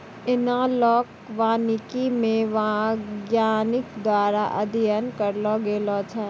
एनालाँक वानिकी मे वैज्ञानिक द्वारा अध्ययन करलो गेलो छै